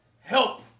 help